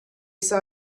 saw